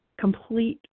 complete